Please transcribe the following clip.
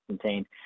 contained